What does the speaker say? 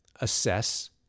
assess